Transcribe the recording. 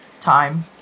time